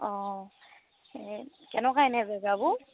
অঁ এই কেনেকুৱা এনেই জেগাবোৰ